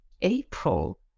April